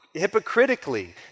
hypocritically